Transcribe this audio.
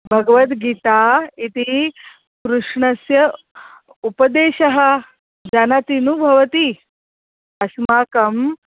भगवद्गीता इति कृष्णस्य उपदेशः जानाति नु भवती अस्माकं